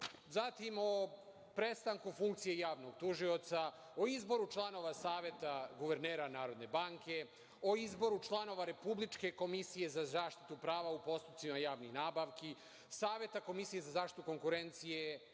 zatim o prestanku funkcije javnog tužioca, o izboru članova Saveta guvernera NB, o izboru članova Republičke komisije za zaštitu prava u postupcima javnih nabavki, Saveta komisije za zaštitu konkurencije,